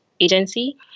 Agency